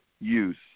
use